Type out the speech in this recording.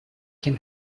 can